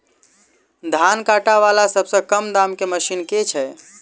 धान काटा वला सबसँ कम दाम केँ मशीन केँ छैय?